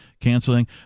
canceling